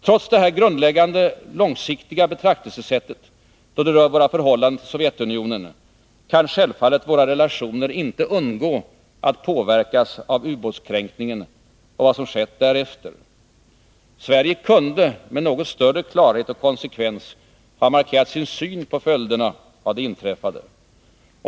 Trots detta grundläggande långsiktiga betraktelsesätt då det rör vårt förhållande till Sovjetunionen kan självfallet våra relationer inte undgå att påverkas av ubåtskränkningen och vad som skett därefter. Sverige kunde med något större klarhet och konsekvens ha markerat sin syn på följderna av det inträffade.